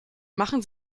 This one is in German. machen